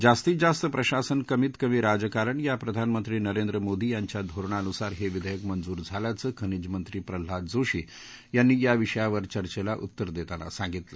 जास्तीत जास्त प्रशासन कमीत कमी राजकारण या प्रधानमंत्री नरेंद्र मोदी यांच्या धोरणानुसार हे विधेयक मंजूर झाल्याचं खनिज मंत्री प्रल्हाद जोशी यांनी याविषयावर चर्चेला उत्तर देताना त्यांनी सांगितलं